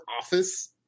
office